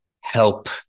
help